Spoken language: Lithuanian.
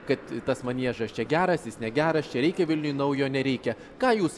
kad tas maniežas čia geras jis negeras čia reikia vilniui naujo nereikia ką jūs